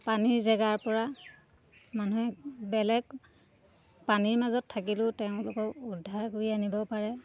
পানীৰ জেগাৰ পৰা মানুহে বেলেগ পানীৰ মাজত থাকিলেও তেওঁলোকক উদ্ধাৰ কৰি আনিব পাৰে